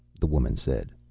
the woman said.